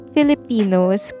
Filipinos